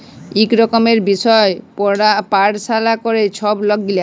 ইক রকমের বিষয় পাড়াশলা ক্যরে ছব লক গিলা